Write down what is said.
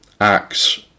acts